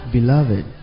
Beloved